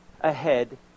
ahead